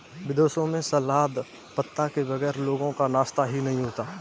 विदेशों में सलाद पत्ता के बगैर लोगों का नाश्ता ही नहीं होता